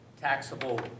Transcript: taxable